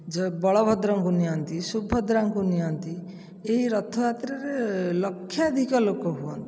ଯେଉଁ ବଲଭଦ୍ରଙ୍କୁ ନିଅନ୍ତି ସୁଭଦ୍ରାଙ୍କୁ ନିଅନ୍ତି ଏହି ରଥଯାତ୍ରାରେ ଲକ୍ଷାଧିକ ଲୋକ ହୁଅନ୍ତି